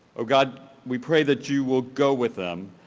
oh god, we pray that you will go with them,